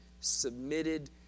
submitted